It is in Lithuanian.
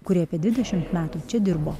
kuri apie dvidešimt metų čia dirbo